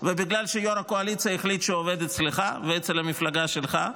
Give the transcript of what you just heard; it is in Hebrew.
ובגלל שיו"ר הקואליציה החליט שהוא עובד אצלך ואצל המפלגה שלך.